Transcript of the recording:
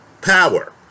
power